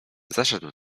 zaszedł